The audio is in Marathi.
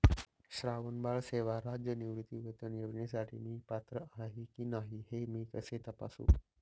श्रावणबाळ सेवा राज्य निवृत्तीवेतन योजनेसाठी मी पात्र आहे की नाही हे मी कसे तपासू?